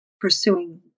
pursuing